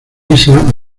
lisa